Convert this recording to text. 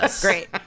Great